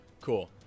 Cool